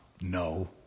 no